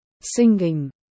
Singing